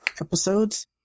episodes